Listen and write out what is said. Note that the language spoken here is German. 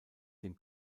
dem